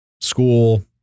school